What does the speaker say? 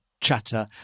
chatter